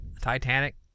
Titanic